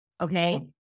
okay